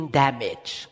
damage